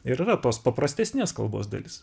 ir yra tos paprastesnės kalbos dalis